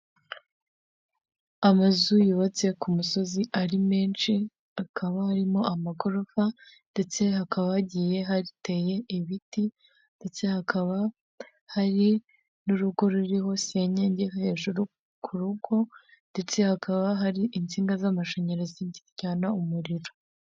Amazu yubatse ku musozi ari menshi, hakaba harimo amagorofa ndetse hakaba hagiye hateye ibiti ndetse hakaba hari n'urugo ruriho senyenge hejuru ku rugo ndetse hakaba hari insinga z'amashanyarazi ziryana umuriro.